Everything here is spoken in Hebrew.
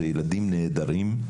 זה ילדים נהדרים,